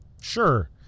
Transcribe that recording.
Sure